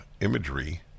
imagery